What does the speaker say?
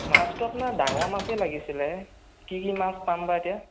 মাছতো আপোনাৰ ডাঙৰ মাছে লাগিছিলে কি কি মাছ পাম বা এতিয়া